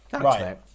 Right